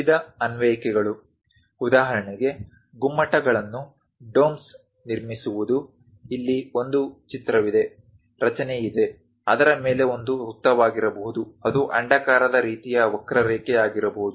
ವಿವಿಧ ಅನ್ವಯಿಕೆಗಳು ಉದಾಹರಣೆಗೆ ಗುಮ್ಮಟಗಳನ್ನು ನಿರ್ಮಿಸುವುದು ಇಲ್ಲಿ ಒಂದು ಚಿತ್ರವಿದೆ ರಚನೆ ಇದೆ ಅದರ ಮೇಲೆ ಅದು ವೃತ್ತವಾಗಿರಬಹುದು ಅದು ಅಂಡಾಕಾರದ ರೀತಿಯ ವಕ್ರರೇಖೆಯಾಗಿರಬಹುದು